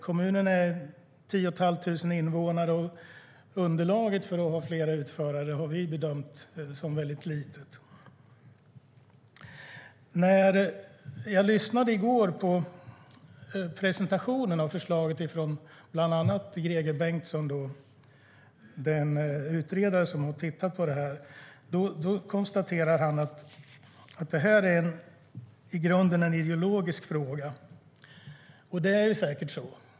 Kommunen har tio och ett halvt tusen invånare, och vi har bedömt att underlaget för att ha flera utförare är väldigt litet. Jag lyssnade i går på en presentation av förslaget av bland andra Greger Bengtsson, den utredare som har tittat på detta. Han konstaterade att detta i grunden är en ideologisk fråga. Så är det säkert.